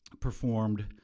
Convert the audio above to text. performed